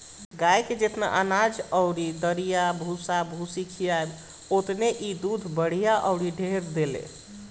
गाए के जेतना अनाज अउरी दरिया भूसा भूसी खियाव ओतने इ दूध बढ़िया अउरी ढेर देले